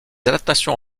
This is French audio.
adaptations